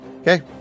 Okay